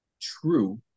true